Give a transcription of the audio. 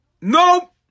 nope